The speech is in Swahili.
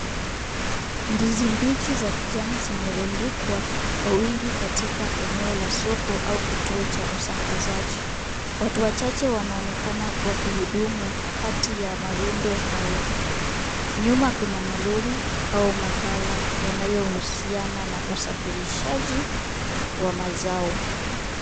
Ndizi mbichi za kijani zimerundikwa kwa wingi katika eneo la soko au kituo cha usambazaji. Watu wachache wanaonekana wakihudumu kati ya marundo hayo. Nyuma kuna malori au magala yanayohusiana na usafirishaji wa mazao.